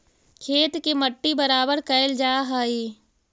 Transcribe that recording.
खेत के मट्टी बराबर कयल जा हई